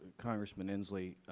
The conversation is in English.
congressman inslee,